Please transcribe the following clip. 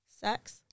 sex